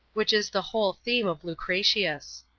which is the whole theme of lucretius.